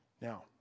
Now